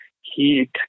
heat